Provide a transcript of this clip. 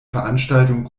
veranstaltung